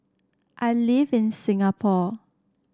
I live in Singapore